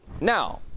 Now